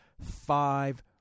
Five